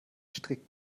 strikt